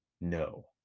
No